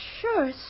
sure